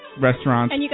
restaurants